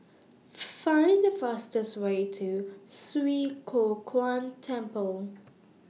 Find The fastest Way to Swee Kow Kuan Temple